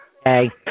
Okay